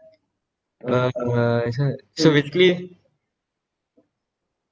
uh uh this [one] so basically